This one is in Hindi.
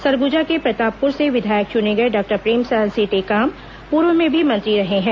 सरगुजा के प्रतापपुर से विधायक चुने गए डॉक्टर प्रेमसाय सिंह टेकाम पूर्व में भी मंत्री रहे हैं